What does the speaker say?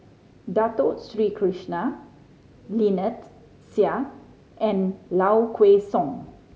Dato Sri Krishna Lynnette Seah and Low Kway Song